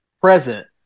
present